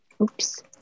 Oops